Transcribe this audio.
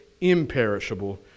imperishable